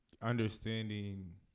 understanding